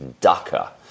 ducker